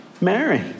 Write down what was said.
Mary